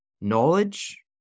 knowledge